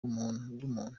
rw’umuntu